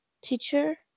teacher